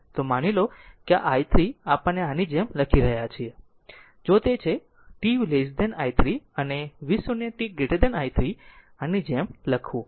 માની લો કે આ i 3 આપણે આ જેમ લખી રહ્યા છીએ જો તે છે 0 t i 3 અનેv0 t i 3 આની જેમ લખવું